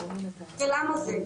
ולמה זה,